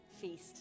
feast